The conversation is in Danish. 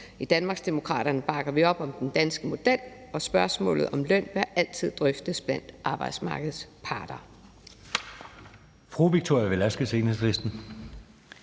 I Danmarksdemokraterne bakker vi op om den danske model, og spørgsmålet om løn bør altid drøftes blandt arbejdsmarkedets parter.